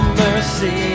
mercy